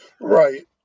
right